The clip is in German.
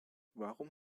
warum